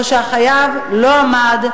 או שהחייב לא עמד,